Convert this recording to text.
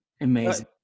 Amazing